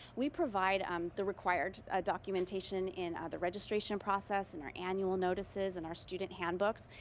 we provide um the required documentation in ah the registration process, in our annual notices and our student handbooks.